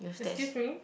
excuse me